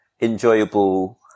enjoyable